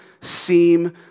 seem